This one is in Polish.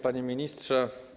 Panie Ministrze!